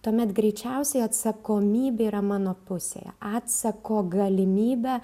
tuomet greičiausiai atsakomybė yra mano pusėje atsako galimybę